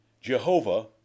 Jehovah